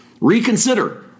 reconsider